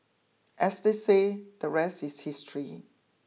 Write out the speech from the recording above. as they say the rest is history